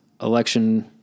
election